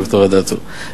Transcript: ד"ר אדטו,